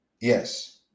yes